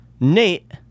Nate